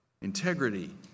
integrity